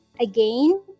Again